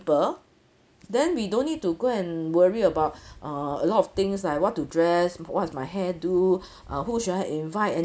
then we don't need to go and worry about err a lot of things like what to dress what is my hairdo uh who should I invite and